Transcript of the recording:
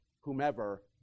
whomever